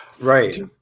Right